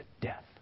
death